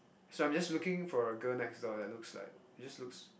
so I'm just looking for a girl next door that looks like that just looks